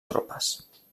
tropes